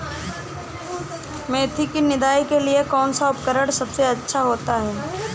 मेथी की निदाई के लिए कौन सा उपकरण सबसे अच्छा होता है?